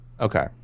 okay